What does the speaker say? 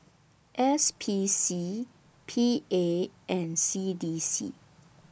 S P C P A and C D C